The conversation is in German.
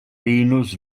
venus